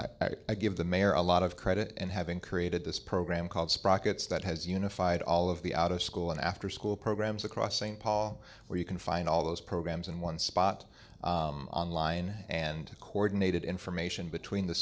i give the mayor a lot of credit and having created this program called sprockets that has unified all of the out of school and afterschool programs across st paul where you can find all those programs in one spot online and coordinated information between the